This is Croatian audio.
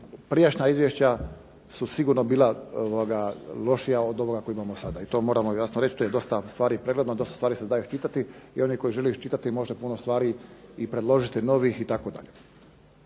prijašnja izvješća su sigurno bila lošija od ovoga koje imamo sada i to moramo jasno reći, to je dosta stvari pregledano, dosta stvari se da iščitati i onaj tko ih želi iščitati može puno stvari i predložiti novih itd.